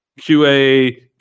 QA